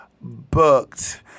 Booked